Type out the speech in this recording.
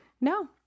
no